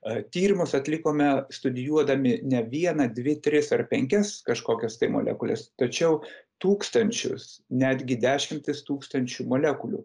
tyrimus atlikome studijuodami ne vieną dvi tris ar penkias kažkokias tai molekules tačiau tūkstančius netgi dešimtis tūkstančių molekulių